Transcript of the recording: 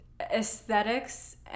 aesthetics